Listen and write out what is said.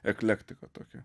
eklektika tokia